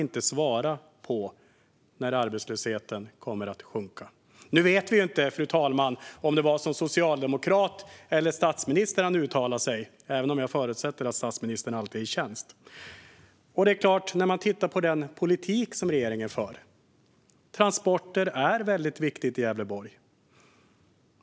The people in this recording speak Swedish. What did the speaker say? Nu vet vi inte, fru talman, om det var som socialdemokrat eller som statsminister han uttalade sig, men jag förutsätter att statsministern alltid är i tjänst. Transporter är väldigt viktigt i Gävleborg.